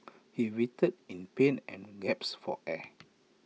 he writhed in pain and gasped for air